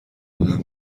بودن